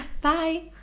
bye